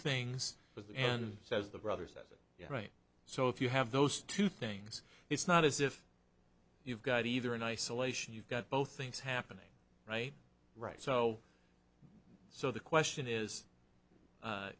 with and says the brother says it right so if you have those two things it's not as if you've got either in isolation you've got both things happening right right so so the question is